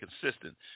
consistent